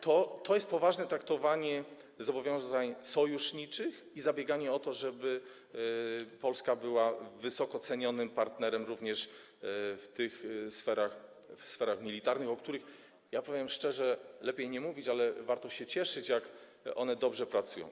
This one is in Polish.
To jest poważne traktowanie zobowiązań sojuszniczych i zabieganie o to, żeby Polska była wysoko cenionym partnerem również w tych sferach, w sferach militarnych, o których, ja powiem szczerze, lepiej nie mówić, ale warto się cieszyć z tego, jak one dobrze pracują.